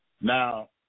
Now